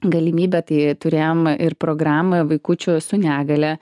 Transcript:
galimybę tai turėjom ir programą vaikučių su negalia